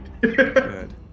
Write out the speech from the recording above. Good